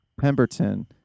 Pemberton